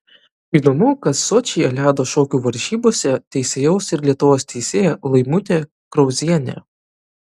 įdomu kad sočyje ledo šokių varžybose teisėjaus ir lietuvos teisėja laimutė krauzienė